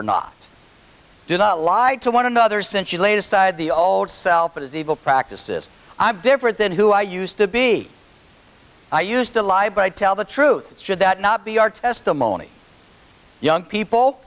or not do not lie to one another since you laid aside the old self as evil practices i'm different than who i used to be i used to lie but i tell the truth should that not be our testimony young people